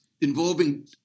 involving